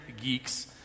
geeks